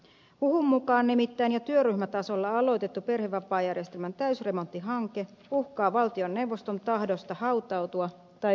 huhun mukaan nimittäin jo työryhmätasolla aloitettu perhevapaajärjestelmän täysremonttihanke uhkaa valtioneuvoston tahdosta hautautua tai vesittyä täysin